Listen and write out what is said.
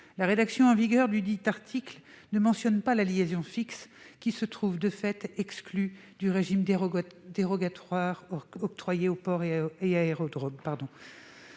La rédaction en vigueur dudit article ne mentionne pas la liaison fixe, qui se trouve dès lors exclue du régime dérogatoire octroyé aux ports et aux aérodromes.